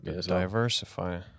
Diversify